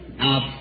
up